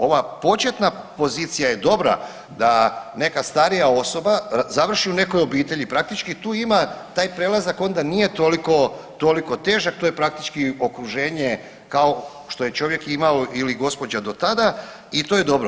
Ova početna pozicija je dobra da neka starija osoba završi u nekoj obitelji, praktički tu ima taj prelazak onda nije toliko težak, to je praktički okruženje kao što je čovjek imao ili gospođa do tada i to je dobro.